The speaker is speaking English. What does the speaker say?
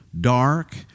dark